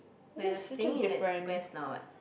but you're staying in a west now what